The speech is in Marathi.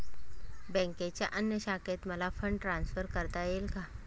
बँकेच्या अन्य शाखेत मला फंड ट्रान्सफर करता येईल का?